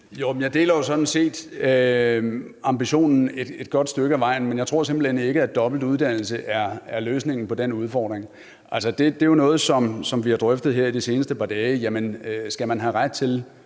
jeg deler sådan set ambitionen et godt stykke af vejen, men jeg tror simpelt hen ikke, at dobbelt uddannelse er løsningen på den udfordring. Det er jo noget, som vi har drøftet her i de seneste par dage: Skal man have ret til